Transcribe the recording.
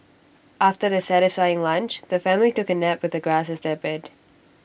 after their satisfying lunch the family took A nap with the grass as their bed